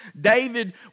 David